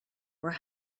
were